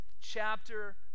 chapter